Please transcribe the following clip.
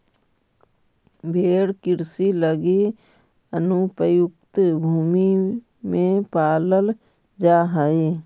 भेंड़ कृषि लगी अनुपयुक्त भूमि में पालल जा हइ